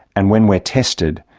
and when we are tested,